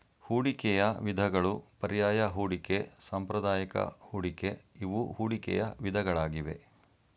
ಹೂಡಿಕೆಯ ವಿಧಗಳು ಪರ್ಯಾಯ ಹೂಡಿಕೆ, ಸಾಂಪ್ರದಾಯಿಕ ಹೂಡಿಕೆ ಇವು ಹೂಡಿಕೆಯ ವಿಧಗಳಾಗಿವೆ